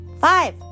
five